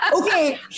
Okay